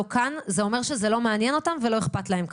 כאן זה אומר שזה לא מעניין אותם ולא אכפת להם.